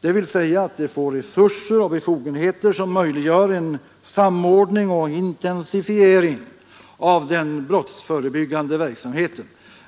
dvs. att det får resurser och befogenheter som möjliggör en samordning och en intensifiering av den brottsförebyggande verksamheten.